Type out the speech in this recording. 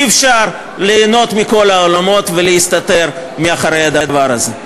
אי-אפשר ליהנות מכל העולמות ולהסתתר מאחורי הדבר הזה.